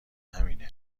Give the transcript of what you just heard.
همینه